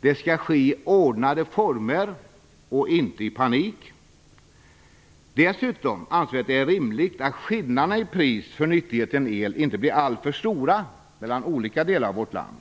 Den skall ske i ordnade former och inte i panik. Dessutom anser vi att det är rimligt att skillnaderna i pris för nyttigheten el inte blir alltför stora mellan olika delar av vårt land.